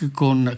con